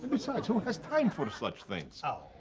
besides, who has time for such things? oh,